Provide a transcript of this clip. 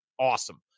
awesome